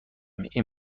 این